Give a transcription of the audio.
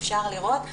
אפשר לראות.